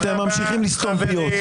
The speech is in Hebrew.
אתם ממשיכים לסתום פיות.